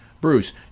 Bruce